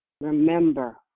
Remember